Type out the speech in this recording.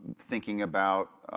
thinking about